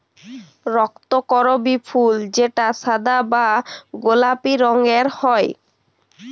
রক্তকরবী ফুল যেটা সাদা বা গোলাপি রঙের হ্যয়